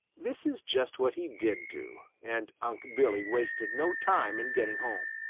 this is just what he did do, and unc' billy wasted no time in getting home.